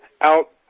out